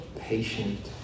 patient